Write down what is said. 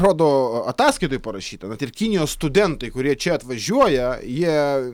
rodo ataskaitoj parašyta kad ir kinijos studentai kurie čia atvažiuoja jie